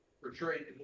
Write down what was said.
portrayed